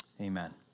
Amen